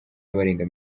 abarenga